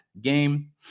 game